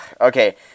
Okay